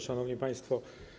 Szanowni Państwo!